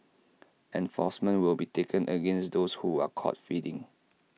enforcement will be taken against those who are caught feeding